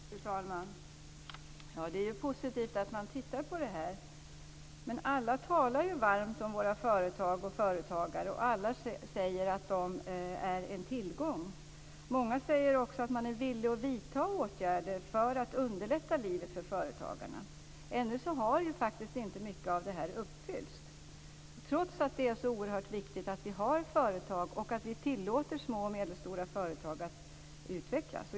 Fru talman! Det är ju positivt att man tittar på det här, men alla talar ju varmt om våra företag och företagare, och alla säger att de är en tillgång. Många säger också att man är villig att vidta åtgärder för att underlätta livet för företagarna. Ännu har faktiskt inte mycket av det här uppfyllts, trots att det är så oerhört viktigt att vi har företag och att vi tillåter små och medelstora företag att utvecklas.